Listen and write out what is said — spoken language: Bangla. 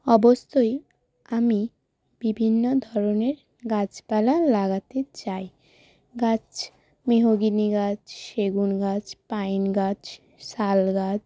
অবশ্যই আমি বিভিন্ন ধরনের গাছপালা লাগাতে চাই গাছ মেহগিনি গাছ সেগুন গাছ পাইন গাছ শাল গাছ